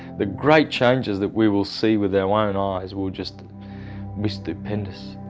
the great changes that we will see with our own eyes will just be stupendous.